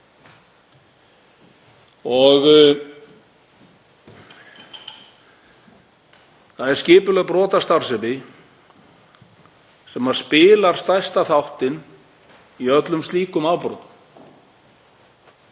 og það er skipulögð brotastarfsemi sem á stærsta þáttinn í öllum slíkum afbrotum.